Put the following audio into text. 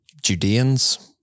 Judeans